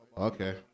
okay